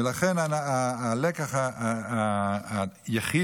ולכן, הלקח היחיד